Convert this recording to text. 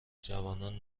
جوانان